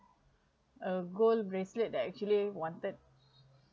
a gold bracelet that I actually wanted